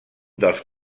dels